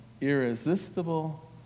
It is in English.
irresistible